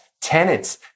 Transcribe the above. tenants